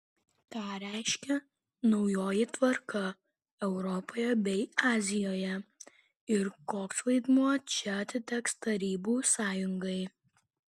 ką reiškia naujoji tvarka europoje bei azijoje ir koks vaidmuo čia atiteks tarybų sąjungai